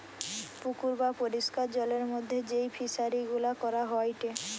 পুকুর বা পরিষ্কার জলের মধ্যে যেই ফিশারি গুলা করা হয়টে